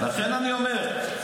לכן אני אומר,